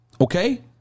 Okay